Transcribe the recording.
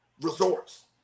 resorts